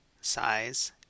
size